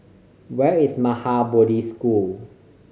where is Maha Bodhi School